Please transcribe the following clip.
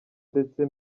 ndetse